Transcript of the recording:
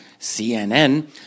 CNN